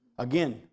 Again